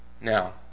Now